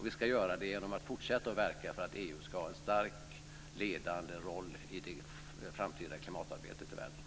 Vi ska göra det genom att fortsätta att verka för att EU ska ha en stark ledande roll i det framtida klimatarbetet i världen.